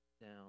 down